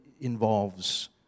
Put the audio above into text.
involves